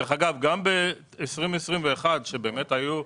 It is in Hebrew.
דרך אגב,